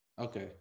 Okay